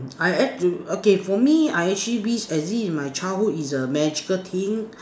I had to okay for me I actually wish exist in my childhood is a magical thing